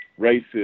racist